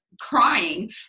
crying